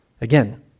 Again